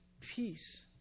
peace